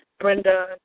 Brenda